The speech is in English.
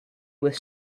with